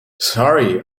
sorry